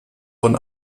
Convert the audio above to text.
von